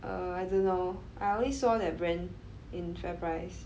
err I don't know I only saw that brand in FairPrice